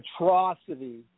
atrocity